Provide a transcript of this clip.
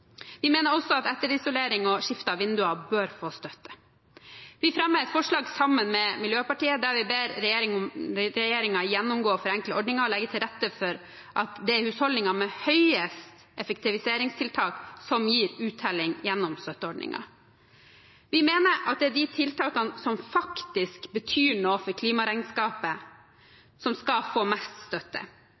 Vi mener også at etterisolering og skifte av vinduer bør få støtte. Vi fremmer et forslag sammen med Miljøpartiet De Grønne der vi ber regjeringen gjennomgå og forenkle ordningen og legge til rette for at det er husholdningenes gevinst av effektiviseringstiltakene som gir uttelling gjennom støtteordningen. Vi mener at det er de tiltakene som faktisk betyr noe for klimaregnskapet, som skal få mest støtte.